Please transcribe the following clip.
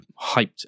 hyped